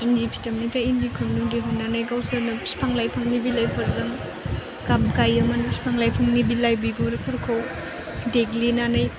इन्दि फिथोबनिफ्राय इन्दि खुन्दुं दिहुन्नानै गावसोरनो बिफां लाइफांनि बिलाइफोरजों गाब गायोमोन फिफां लाइफांनि बिलाइ बिगुरफोरखौ देग्लिनानै